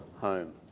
home